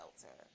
shelter